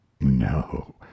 no